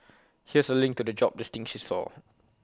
here's A link to the job listing she saw